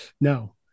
No